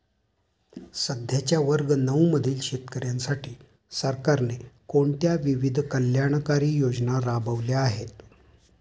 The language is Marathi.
सध्याच्या वर्ग नऊ मधील शेतकऱ्यांसाठी सरकारने कोणत्या विविध कल्याणकारी योजना राबवल्या आहेत?